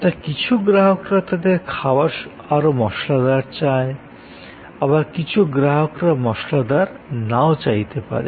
তা কিছু গ্রাহকরা তাদের খাবার আরও মশলাদার চান আবার কিছু গ্রাহকরা মশলাদার নাও চাইতে পারেন